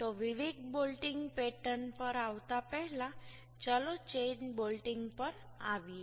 તો વિવિધ bolting pattern પર આવતા પહેલા ચાલો ચેઇન બોલ્ટિંગ પર આવીએ